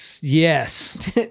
Yes